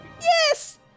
Yes